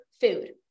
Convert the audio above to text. food